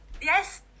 Yes